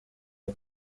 uyu